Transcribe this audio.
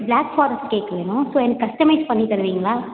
block forest cake வேணும் so எனக்கு customise பண்ணி தருவீங்களா